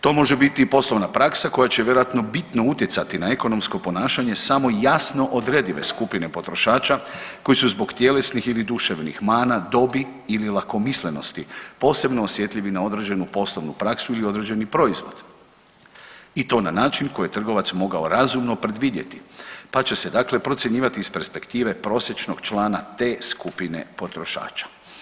To može biti i poslovna praksa koja će vjerojatno bitno utjecati na ekonomsko ponašanje samo jasno odredive skupine potrošača koji su zbog tjelesnih ili duševnih mana, dobi ili lakomislenosti posebno osjetljivi na određenu poslovnu praksu ili određeni proizvod i to na način koji je trgovac mogao razumno predvidjeti pa će se dakle procjenjivati iz perspektive prosječnog člana te skupine potrošača.